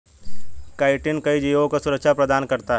chitin कई जीवों को सुरक्षा प्रदान करता है